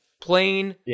plain